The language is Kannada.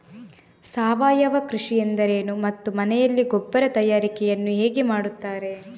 ಸಾವಯವ ಕೃಷಿ ಎಂದರೇನು ಮತ್ತು ಮನೆಯಲ್ಲಿ ಗೊಬ್ಬರ ತಯಾರಿಕೆ ಯನ್ನು ಹೇಗೆ ಮಾಡುತ್ತಾರೆ?